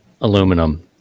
aluminum